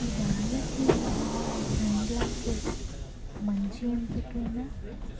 ఇవాళకి sunglasses మంచి ఎంపికేనా